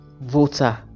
voter